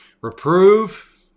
Reprove